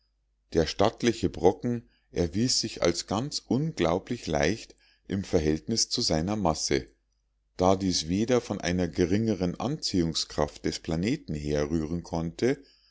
der stattliche brocken erwies sich als ganz unglaublich leicht im verhältnis zu seiner masse da dies weder von einer geringeren anziehungskraft des planeten herrühren konnte